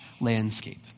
landscape